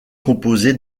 composée